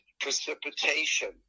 precipitation